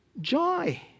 joy